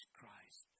Christ